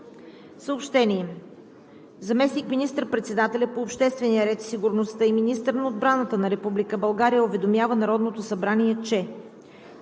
Съобщения: Заместник-министър председателят по обществения ред и сигурността и министър на отбраната на Република България уведомява Народното събрание, че: